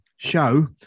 show